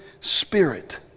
spirit